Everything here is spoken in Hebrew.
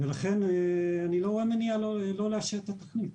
ולכן אני לא רואה מניעה לא לאשר את התכנית.